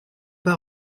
pas